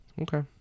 Okay